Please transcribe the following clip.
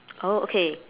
oh okay